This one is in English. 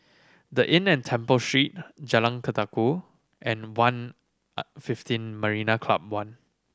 The Inn at Temple Street Jalan Ketuka and fifteen Marina Club One